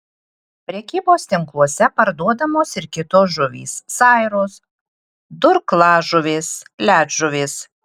prekybos tinkluose parduodamos ir kitos žuvys sairos durklažuvės ledžuvės